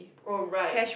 oh right